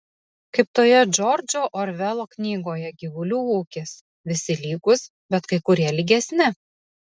kaip toje džordžo orvelo knygoje gyvulių ūkis visi lygūs bet kai kurie lygesni